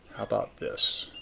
about this?